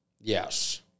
Yes